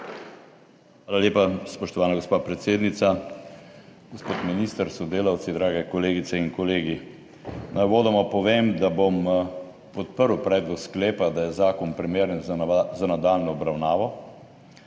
Hvala lepa, spoštovana gospa predsednica. Gospod minister s sodelavci, drage kolegice in kolegi! Naj uvodoma povem, da bom podprl predlog sklepa, da je zakon primeren za nadaljnjo obravnavo.